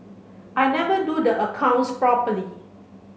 I never do the accounts properly